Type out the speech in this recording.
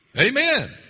Amen